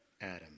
Adam